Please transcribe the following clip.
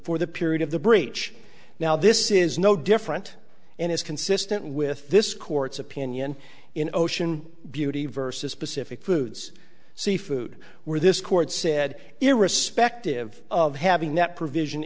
for the period of the breach now this is no different and is consistent with this court's opinion in ocean beauty versus specific foods seafood where this court said irrespective of having that provision